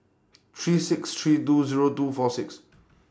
three six three two Zero two four six